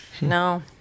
No